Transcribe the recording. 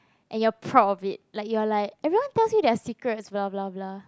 and your proud of it like your like everyone pass me their secret bla bla bla